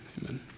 amen